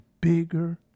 bigger